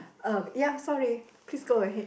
uh ya sorry please go ahead